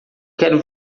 quero